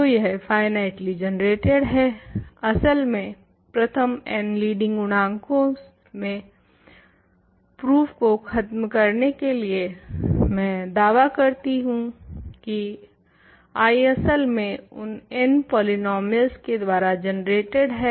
तो यह finitely generated है असल में प्रथम n लीडिंग गुणांकों से प्रूफ को खत्म करने के लिए मैं दावा करती हूँ की I असल में उन n पॉलिनोमीयल्स के द्वारा जनरेटेड है